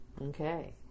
Okay